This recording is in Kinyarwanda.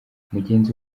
mugenzi